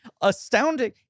astounding